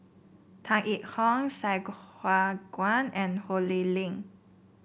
Tan Yee Hong Sai Hua Kuan and Ho Lee Ling